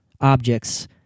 objects